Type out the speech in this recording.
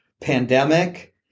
pandemic